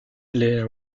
les